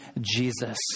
Jesus